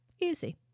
Easy